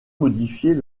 modifier